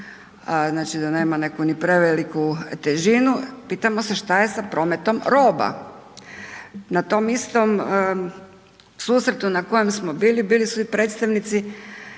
da nema neku ni preveliku težinu. Pitamo se šta je sa prometom roba? Na tom istom susretu na kojem smo bili bili su i predstavnici